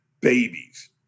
babies